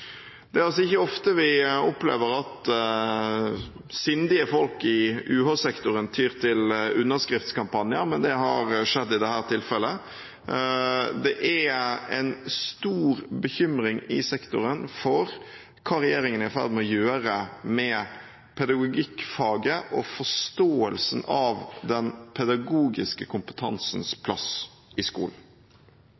Det er ikke ofte vi opplever at sindige folk i UH-sektoren tyr til underskriftskampanjer, men det har skjedd i dette tilfellet. Det er en stor bekymring i sektoren for hva regjeringen er i ferd med å gjøre med pedagogikkfaget og forståelsen av den pedagogiske kompetansens